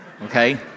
Okay